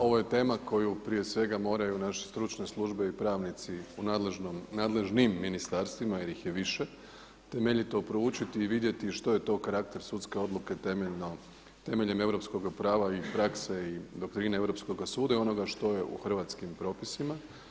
Ovo je tema koju prije svega moraju naše stručne službe i pravnici u nadležnim ministarstvima jer ih je više temeljito proučiti i vidjeti što je to karakter sudske odluke temeljem europskoga prava i prakse i doktrine Europskoga suda i onoga što je u hrvatskim propisima.